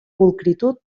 pulcritud